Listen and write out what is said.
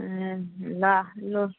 ल लु